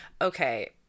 okay